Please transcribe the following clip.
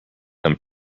them